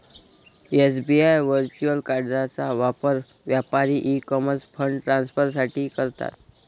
SBI virtual कार्डचा वापर व्यापारी ई कॉमर्स फंड ट्रान्सफर साठी करतात